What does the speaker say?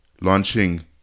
launching